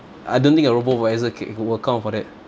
I don't think a robo-adviser c~ will account for that